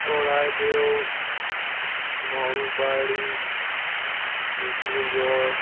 Charaideo Nalbari Dibrugarh